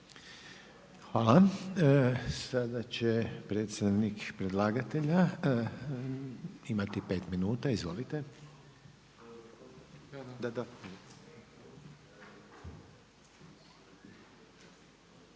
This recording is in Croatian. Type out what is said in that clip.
Hvala. Sada će predstavnik predlagatelja imati pet minuta. Izvolite. **Vlaić,